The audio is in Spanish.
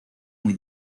muy